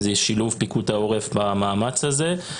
על שילוב פיקוד העורף במאמץ הזה.